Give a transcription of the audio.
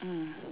mm